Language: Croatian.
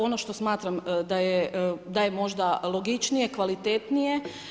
Ono što smatram da je možda logičnije, kvalitetnije.